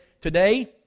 Today